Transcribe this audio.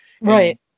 Right